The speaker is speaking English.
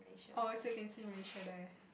oh so you can see Malaysia there